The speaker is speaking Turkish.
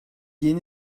yeni